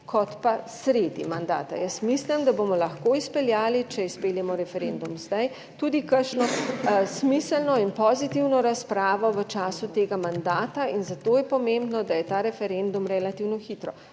kot pa sredi mandata. Jaz mislim, da bomo lahko izpeljali, če izpeljemo referendum zdaj, tudi kakšno smiselno in pozitivno razpravo v času tega mandata in zato je pomembno, da je ta referendum relativno hitro